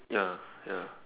ya ya